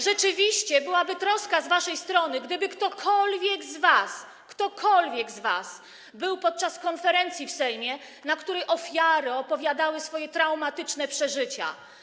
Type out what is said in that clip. Rzeczywiście byłaby troska z waszej strony, gdyby ktokolwiek z was był podczas konferencji w Sejmie, na której ofiary opowiadały swoje traumatyczne przeżycia.